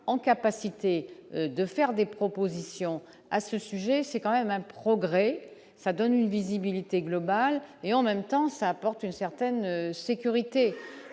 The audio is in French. en capacité de faire des propositions à ce sujet, c'est quand même un progrès, ça donne une visibilité globale et en même temps ça apporte une certaine sécurité